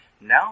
Now